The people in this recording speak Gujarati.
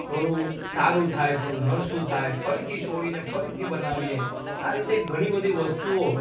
થોડું સારું થાય થોડું નરસું થાય ફરીથી તોડીને ફરીથી બનાવીએ આ રીતે ઘણી બધી વસ્તુઓ